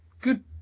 good